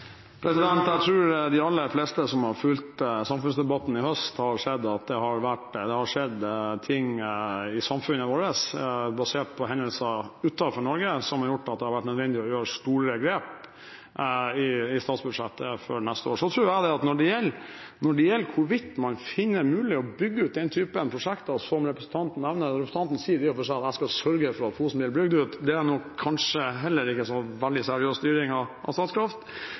Jeg tror de aller fleste som har fulgt samfunnsdebatten i høst, har sett at det har skjedd ting i samfunnet vårt basert på hendelser utenfor Norge som har gjort at det har vært nødvendig å gjøre store grep i statsbudsjettet for neste år. Når det gjelder hvorvidt man finner det mulig å bygge ut den typen prosjekter representanten nevner – representanten sier i og for seg at jeg skal sørge for at Fosen blir bygd ut – er nok heller ikke det en veldig seriøs styring av